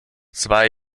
zwei